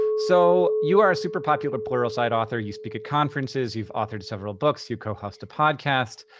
so, you are a super popular pluralsight author. you speak at conferences. you've authored several books. you co-host a podcast.